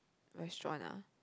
restaurant ah